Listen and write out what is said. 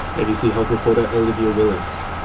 abc health reporter olivia willis